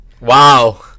Wow